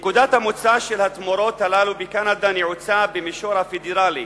נקודת המוצא של התמורות הללו בקנדה נעוצה במישור הפדרלי,